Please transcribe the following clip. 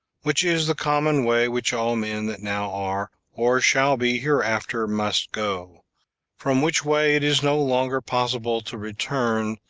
which is the common way which all men that now are, or shall be hereafter, must go from which way it is no longer possible to return,